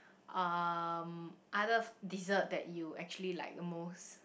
um other dessert that you actually like the most